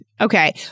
okay